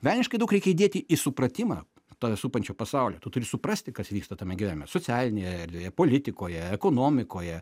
velniškai daug reikia įdėti į supratimą tave supančio pasaulio tu turi suprasti kas vyksta tame gyvenime socialinėje politikoje ekonomikoje